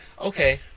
Okay